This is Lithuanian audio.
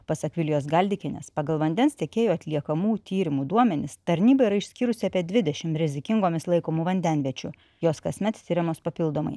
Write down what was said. pasak vilijos galdikienės pagal vandens tiekėjų atliekamų tyrimų duomenis tarnyba yra išskyrusi apie dvidešim rizikingomis laikomų vandenviečių jos kasmet tiriamos papildomai